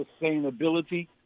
sustainability